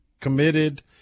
committed